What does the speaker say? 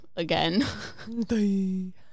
Again